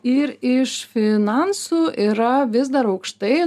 ir iš finansų yra vis dar aukštai